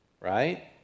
Right